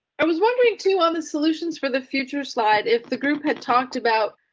i was wondering too, on the solutions for the future slide. if the group had talked about.